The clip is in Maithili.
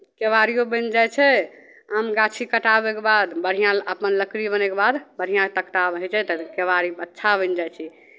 केबाड़िओ बनि जाइ छै आम गाछी कटाबयके बाद बढ़िआँ अपन लकड़ी बनयके बाद बढ़िआँ तख्ता होइ छै तऽ केबाड़ी अच्छा बनि जाइ छै